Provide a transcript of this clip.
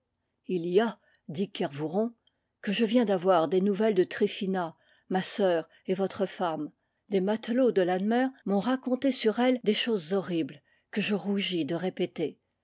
il y a dit kervouron que je viens d'avoir des nouvelles de tryphina ma sœur et votre femme des matelots de lanmeur m'ont raconté sur elle des choses horribles que je rougis de répéter